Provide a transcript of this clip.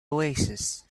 oasis